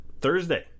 Thursday